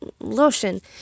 lotion